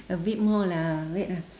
a bit more lah wait ah